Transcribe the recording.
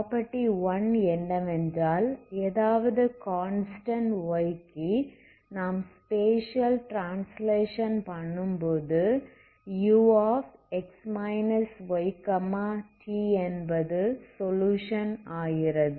property 1 என்னவென்றால் எதாவது constant y க்கு நாம் ஸ்பேஸியல் ட்ரான்ஸ்லெஷன் எடுக்கும்போது ux yt என்பது சொலுயுஷன் ஆகிறது